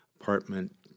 apartment